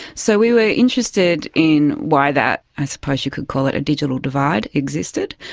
so we were interested in why that. i suppose you could call it a digital divide, existed,